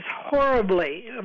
horribly